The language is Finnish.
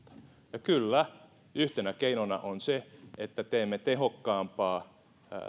ja kyllä yhtenä keinona on se että teemme tehokkaampaa